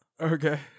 Okay